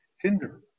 hinder